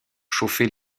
chauffer